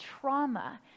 Trauma